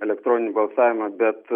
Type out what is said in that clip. elektroninį balsavimą bet